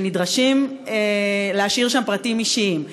ונדרשים להשאיר שם פרטים אישיים.